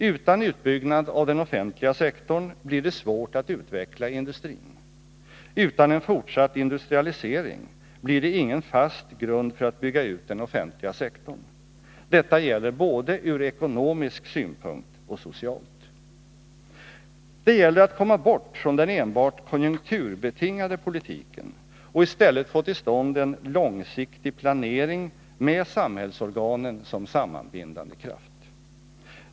Utan utbyggnad av den offentliga sektorn blir det svårt att utveckla industrin. Utan en fortsatt industrialisering blir det ingen fast grund för att bygga ut den offentliga sektorn. Detta gäller både ur ekonomisk synpunkt och socialt. Det gäller att komma bort från den enbart konjunkturbetingade politiken och i stället få till stånd en långsiktig planering med samhällsorganen som sammanbindande kraft.